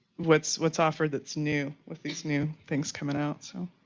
what's what's offered that's new, with these new things coming out, so.